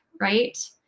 right